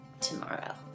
tomorrow